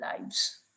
lives